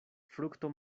frukto